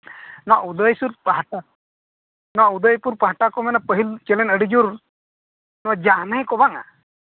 ᱱᱚᱣᱟ ᱩᱫᱚᱭᱯᱩᱨ ᱯᱟᱦᱴᱟ ᱱᱚᱣᱟ ᱩᱫᱚᱭᱯᱩᱨ ᱯᱟᱦᱴᱟ ᱠᱚ ᱢᱮᱱᱟ ᱯᱟᱹᱦᱤᱞ ᱪᱮᱞᱮᱱ ᱟᱹᱰᱤ ᱡᱳᱨ ᱱᱚᱣᱟ ᱡᱟᱱᱦᱮ ᱠᱚ ᱵᱟᱝᱟ